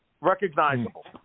recognizable